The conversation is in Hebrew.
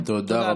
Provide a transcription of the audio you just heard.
תודה.